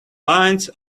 lines